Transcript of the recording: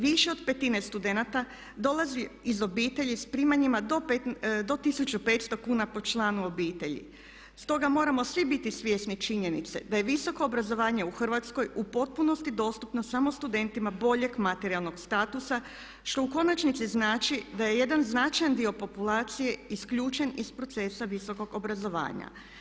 Više od petine studenata dolazi iz obitelji s primanjima do 1500 kuna po članu obitelji, stoga moramo svi biti svjesni činjenice da je visoko obrazovanje u Hrvatskoj u potpunosti dostupno samo studentima boljeg materijalnog statusa što u konačnici znači da je jedan značajan dio populacije isključen iz procesa visokog obrazovanja.